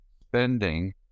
spending